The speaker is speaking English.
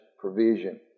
provision